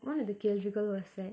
one of the கேள்வி:kelvi because was that